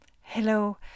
Hello